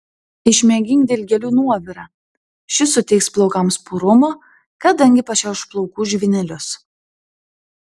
išmėgink dilgėlių nuovirą šis suteiks plaukams purumo kadangi pašiauš plaukų žvynelius